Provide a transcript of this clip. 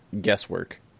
guesswork